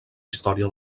història